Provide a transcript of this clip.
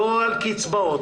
לא על קצבאות.